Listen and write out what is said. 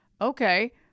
okay